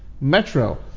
Metro